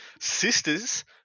Sisters